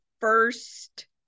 first